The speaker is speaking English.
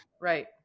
right